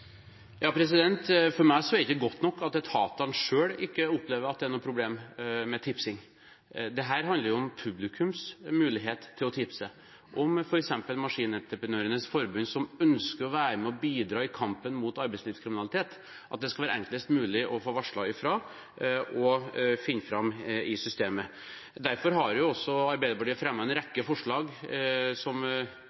For meg er det ikke godt nok at etatene selv ikke opplever at det er noe problem med tipsing. Dette handler om publikums mulighet til å tipse, f.eks. Maskinentreprenørenes Forbund, som ønsker å være med og bidra i kampen mot arbeidslivskriminalitet, at det skal være enklest mulig å få varslet og å finne fram i systemet. Derfor har Arbeiderpartiet fremmet en